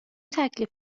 تکلیف